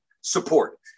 support